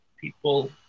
people